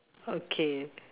okay